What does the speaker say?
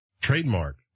trademark